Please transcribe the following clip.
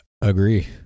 agree